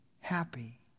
happy